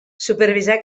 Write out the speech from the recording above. supervisar